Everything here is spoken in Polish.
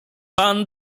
pan